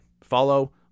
Follow